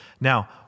Now